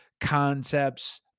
concepts